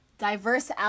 Diverse